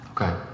Okay